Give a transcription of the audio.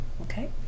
Okay